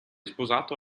sposato